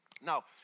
Now